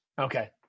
okay